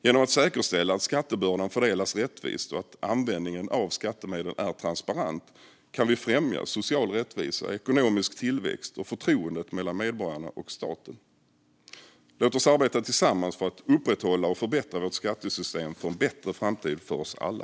Genom att säkerställa att skattebördan fördelas rättvist och att användningen av skattemedel är transparent kan vi främja den sociala rättvisan, den ekonomiska tillväxten och förtroendet mellan medborgarna och staten. Låt oss arbeta tillsammans för att upprätthålla och förbättra vårt skattesystem för en bättre framtid för oss alla.